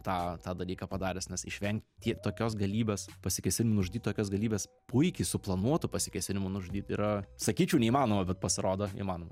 tą tą dalyką padaręs nes išvengt tiek tokios galybės pasikėsinimų nužudyt tokios galybės puikiai suplanuotų pasikėsinimų nužudyt yra sakyčiau neįmanoma bet pasirodo įmanoma